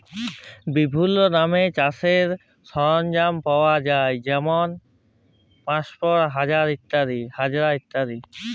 বিভিল্ল্য দামে চাষের সরল্জাম পাউয়া যায় যেমল পাঁশশ, হাজার ইত্যাদি